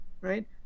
right